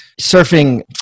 surfing